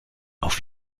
auf